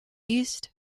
east